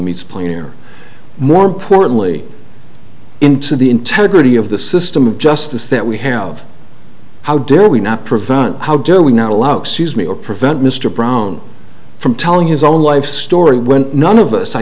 means play or more importantly into the integrity of the system of justice that we have how do we not prevent it how do we not allow sees me or prevent mr brown from telling his own life story when none of us i